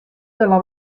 dalla